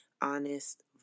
honest